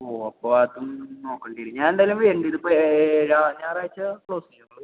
ഓ അപ്പോൾ അതും നോക്കണ്ടി വരും ഞാൻ എന്തായാലും വരുന്നുണ്ട് ഈടെ ഞായറാഴ്ച ക്ലോസ് ചെയ്യുമോ നിങ്ങൾ